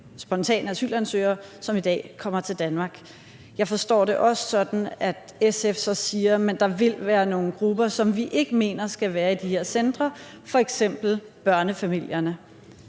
spontane asylansøgere, som i dag kommer til Danmark. Jeg forstår det også sådan, at SF så siger, at der vil være nogle grupper, som vi ikke mener skal være i de her centre, f.eks. børnefamilierne.